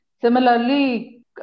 Similarly